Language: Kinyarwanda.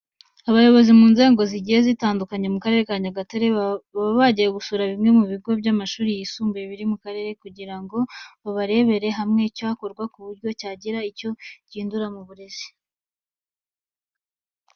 Abayobozi bo mu nzego zigiye zitandukanye bo mu Karere ka Nyagatare, baba bagiye gusura bimwe mu bigo by'amashuri yisumbuye biri muri aka karere kugira ngo barebere hamwe icyakorwa ku buryo cyagira icyo gihindura mu burezi.